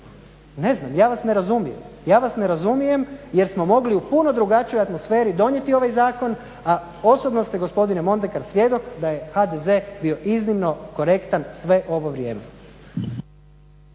ne razumijem. Ja vas ne razumijem jer smo mogli u puno drugačijoj atmosferi donijeti ovaj zakon, a osobno ste gospodine Mondekar svjedok da je HDZ bio iznimno korektan sve ovo vrijeme.